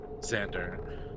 Xander